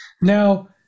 Now